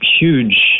huge